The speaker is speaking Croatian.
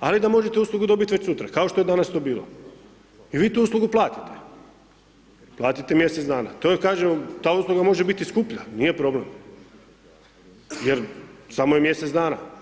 ali da možete uslugu dobiti već sutra kao što je danas to bilo i vi tu uslugu platite, platite mjesec dana, to je, kažem, ta usluga može biti skuplja, nije problem jer samo je mjesec dana.